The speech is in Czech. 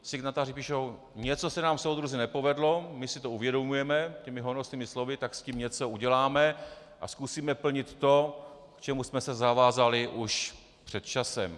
Signatáři píšou: něco se nám, soudruzi, nepovedlo, my si to uvědomujeme, těmi honosnými slovy, tak s tím něco uděláme a zkusíme plnit to, k čemu jsme se zavázali už před časem.